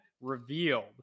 revealed